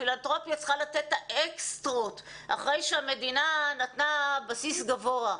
פילנתרופיה צריכה לתת את האקסטרות אחרי שהמדינה נתנה בסיס גבוה.